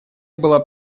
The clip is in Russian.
была